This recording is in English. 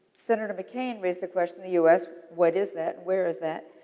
senator mccain raised the question in the u s. what is that, where is that?